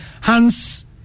Hans